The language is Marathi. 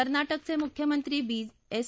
कर्नाटकचे मुख्यमंत्री बीएस